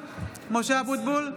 אבוטבול,